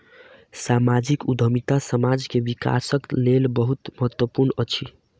सामाजिक उद्यमिता समाज के विकासक लेल बहुत महत्वपूर्ण अछि